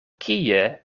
kie